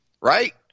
right